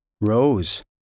Rose